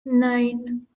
nine